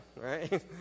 right